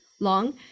long